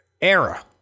era